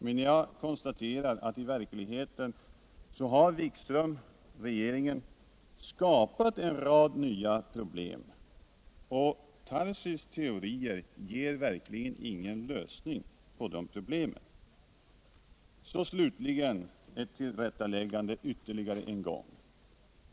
Men jag konstaterar att i verkligheten har herr Wikström och regeringen I övrigt skapat en rad nya problem. och herr Tarschys teorier ger verkligen ingen lösning på de problemen. Slutligen ett tillrättaläggande ytterligare en gång.